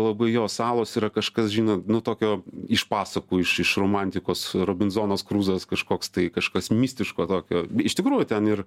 labai jo salos yra kažkas žinot nu tokio iš pasakų iš iš romantikos robinzonas kruzas kažkoks tai kažkas mistiško tokio iš tikrųjų ten ir